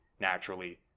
naturally